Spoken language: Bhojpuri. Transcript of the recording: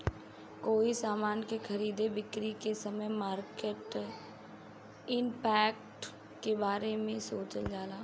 कोई समान के खरीद बिक्री के समय मार्केट इंपैक्ट के बारे सोचल जाला